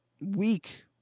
week